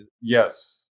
Yes